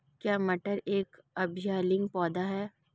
क्या मटर एक उभयलिंगी पौधा है?